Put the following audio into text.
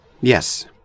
Yes